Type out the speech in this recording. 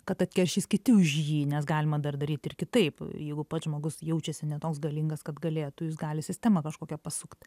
kad atkeršys kiti už jį nes galima dar daryt ir kitaip jeigu pats žmogus jaučiasi ne toks galingas kad galėtų jis gali sistemą kažkokią pasukt